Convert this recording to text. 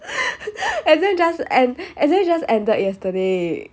exam just end exam just ended yesterday